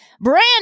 brand